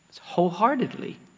wholeheartedly